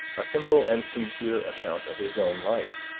a simple and sincere account of his own life,